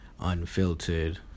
unfiltered